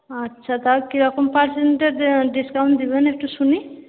আচ্ছা তাও কিরকম পার্সেন্টেজ ডিসকাউন্ট দেবেন একটু শুনি